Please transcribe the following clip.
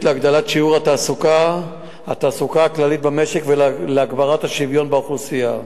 להגדלת שיעור התעסוקה הכללי במשק ולהגברת השוויון באוכלוסייה.